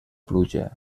pluja